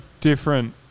different